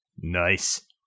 Nice